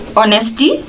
honesty